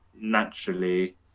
naturally